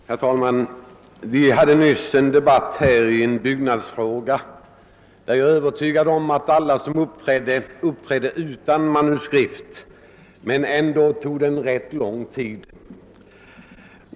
Herr talman! Vi hade nyss en debatt i en byggnadsfråga. Jag är övertygad om satt alla då talade utan manuskript, men ändå tog debatten rätt lång tid.